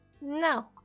No